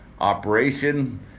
operation